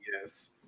yes